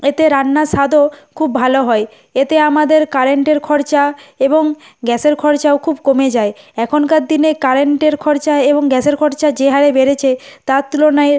এতে রান্না স্বাদও খুব ভালো হয় এতে আমাদের কারেন্টের খরচা এবং গ্যাসের খরচাও খুব কমে যায় এখনকার দিনে কারেন্টের খরচা এবং গ্যাসের খরচা যে হারে বেড়েছে তার তুলনায়